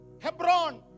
Hebron